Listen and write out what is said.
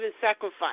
sacrifice